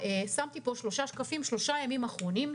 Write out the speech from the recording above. שמתי פה שלושה שקפים שמראים את שלושת הימים האחרונים.